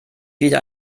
wieder